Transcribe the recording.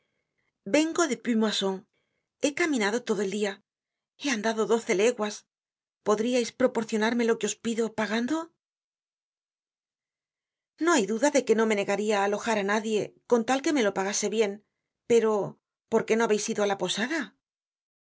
vengo de puy moisson he caminado todo eldia he andado doce leguas podriais proporcionarme lo que os pido pagándolo no hay duda que no me negaria á alojar á nadie con tal que me lo pagase bien pero porqué no habeis ido á la posada